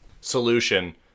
Solution